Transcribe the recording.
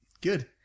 Good